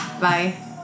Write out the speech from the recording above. Bye